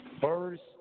first